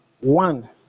One